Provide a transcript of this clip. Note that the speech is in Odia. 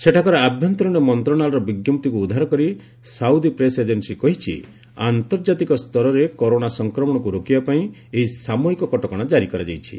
ସେଠାକାର ଆଭ୍ୟନ୍ତରୀଣ ମନ୍ତ୍ରଣାଳୟର ବିଜ୍ଞପ୍ତିକୁ ଉଦ୍ଧାର କରି ସାଉଦି ପ୍ରେସ୍ ଏଜେନ୍ସି କହିଛି ଆନ୍ତର୍ଜାତିକ ସ୍ତରରେ କରୋନା ସଂକ୍ରମଣକୁ ରୋକିବାପାଇଁ ଏହି ସାମୟିକ କଟକଶା କାରି କରାଯାଇଛି